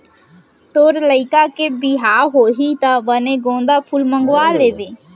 तोर लइका के बिहाव होही त बने गोंदा फूल मंगवा लेबे